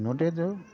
ᱱᱚᱸᱰᱮ ᱫᱚ